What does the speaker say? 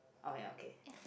oh ya okay